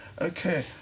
okay